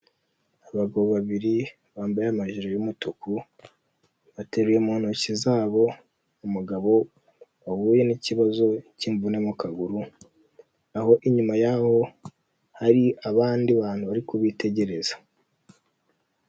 Abagabo babiri bambaye amajire y'umutuku; bateruye mu ntoki zabo umugabo wahuye n'ikibazo cy'imvune mu kaguru, aho inyuma yaho hari abandi bantu bari kubitegereza.